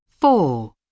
Four